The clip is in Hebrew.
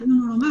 שרצינו להגיד.